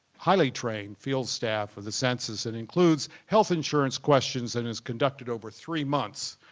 highly-trained, field staff with the census and includes health insurance questions and is conducted over three months